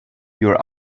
your